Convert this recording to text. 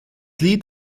lied